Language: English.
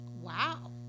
Wow